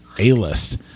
A-list